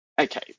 Okay